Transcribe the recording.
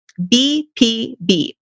BPB